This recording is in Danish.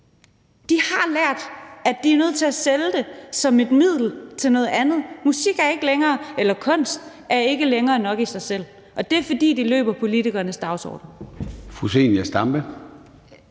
De har lært, at de er nødt til at sælge det som et middel til noget andet. Musik eller kunst er ikke længere nok i sig selv, og det er, fordi de løber efter politikernes dagsorden.